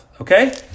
Okay